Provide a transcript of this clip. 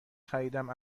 خریدم